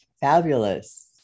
fabulous